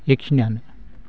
बेखिनियानो